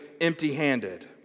empty-handed